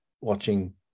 watching